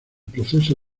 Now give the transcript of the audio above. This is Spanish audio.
proceso